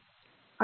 आकृती 1